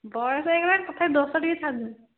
ବୟଷ ହୋଇଗଲାଣି ତଥାପି ଦୋଷ ଟିକେ ଛାଡ଼ୁନି